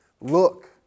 Look